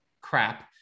crap